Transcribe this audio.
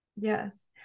yes